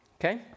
okay